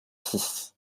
six